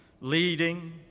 leading